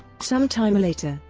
some time later,